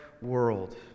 world